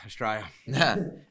Australia